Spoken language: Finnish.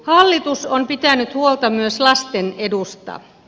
hallitus on pitänyt huolta myös lasten edusta